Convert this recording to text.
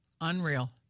Unreal